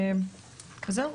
זהו,